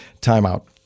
timeout